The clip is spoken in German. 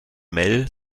mel